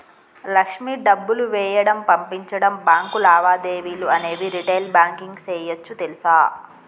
లక్ష్మి డబ్బులు వేయడం, పంపించడం, బాంకు లావాదేవీలు అనేవి రిటైల్ బాంకింగ్ సేయోచ్చు తెలుసా